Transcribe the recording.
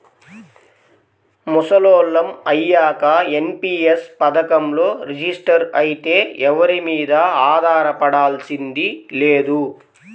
ముసలోళ్ళం అయ్యాక ఎన్.పి.యస్ పథకంలో రిజిస్టర్ అయితే ఎవరి మీదా ఆధారపడాల్సింది లేదు